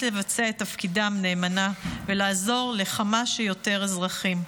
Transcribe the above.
לבצע את תפקידם נאמנה ולעזור לכמה שיותר אזרחים.